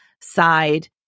side